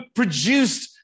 produced